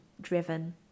driven